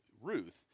Ruth